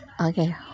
okay